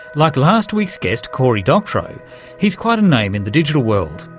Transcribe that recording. like last week's guest cory doctorow he's quite a name in the digital world.